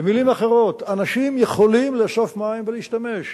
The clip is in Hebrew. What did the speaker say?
במלים אחרות, אנשים יכולים לאסוף מים ולהשתמש.